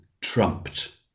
trumped